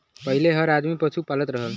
पहिले हर आदमी पसु पालत रहल